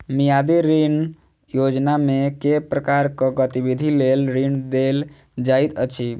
मियादी ऋण योजनामे केँ प्रकारक गतिविधि लेल ऋण देल जाइत अछि